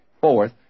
Fourth